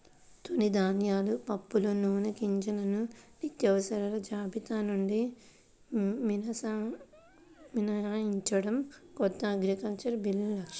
తృణధాన్యాలు, పప్పులు, నూనెగింజలను నిత్యావసరాల జాబితా నుండి మినహాయించడం కొత్త అగ్రికల్చరల్ బిల్లు లక్ష్యం